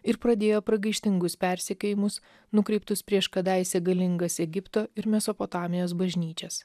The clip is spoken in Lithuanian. ir pradėjo pragaištingus persekiojimus nukreiptus prieš kadaise galingas egipto ir mesopotamijos bažnyčias